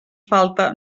falta